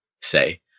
say